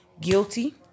guilty